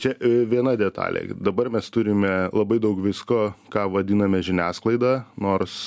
čia viena detalė dabar mes turime labai daug visko ką vadiname žiniasklaida nors